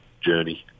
journey